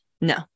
No